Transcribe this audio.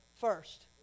first